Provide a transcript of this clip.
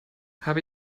habe